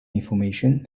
information